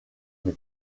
mai